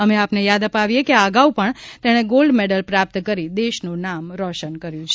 અમે આપને યાદ અપાવીએ કે આ અગાઉ પજ્ઞ તેછો ગોલ્ડ મેડલ પ્રાપ્ત કરી દેશનું નામ રોશન કર્યું છે